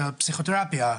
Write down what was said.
של הפסיכותרפיה,